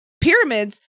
pyramids